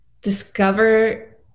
Discover